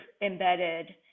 embedded